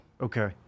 Okay